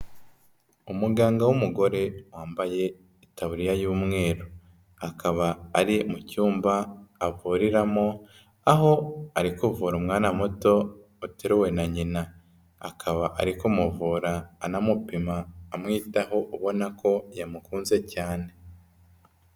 Umuganga w'umugore wambaye itaburiya y'umweru, akaba ari mu cyumba avuriramo aho ari kuvura umwana muto uteruwe na nyina, akaba ari kumuvura anamupima amwitaho ubona ko yamukunze cyane.